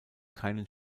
keinen